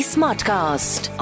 Smartcast